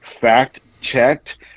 fact-checked